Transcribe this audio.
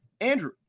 Andrew